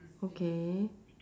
okay